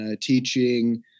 teaching